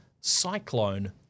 Cyclone